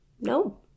No